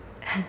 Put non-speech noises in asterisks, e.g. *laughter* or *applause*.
*laughs*